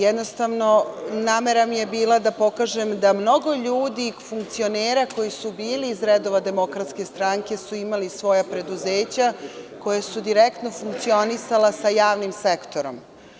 Jednostavno, namera mi je bila da pokažem da mnogo ljudi, funkcionera koji su bili iz redova DS su imali svoja preduzeća koja su direktno funkcionisala sa javnim sektorom.